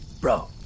bro